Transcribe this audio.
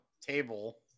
table